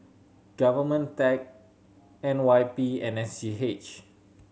Government tech N Y P and S G H